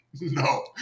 no